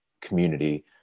community